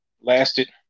lasted